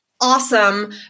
Awesome